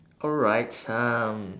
alright um